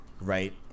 right